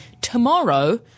tomorrow